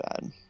bad